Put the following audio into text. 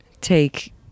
take